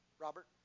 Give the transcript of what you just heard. Robert